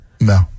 No